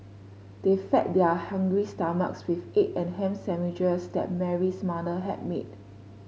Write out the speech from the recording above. they fed their hungry stomachs with egg and ham sandwiches that Mary's mother had made